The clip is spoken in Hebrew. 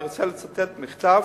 אני רוצה לצטט מכתב